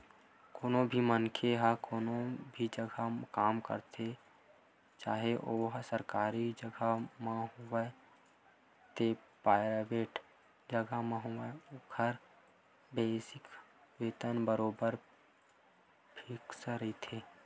कोनो भी मनखे ह कोनो भी जघा काम करथे चाहे ओहा सरकारी जघा म होवय ते पराइवेंट जघा म होवय ओखर बेसिक वेतन बरोबर फिक्स रहिथे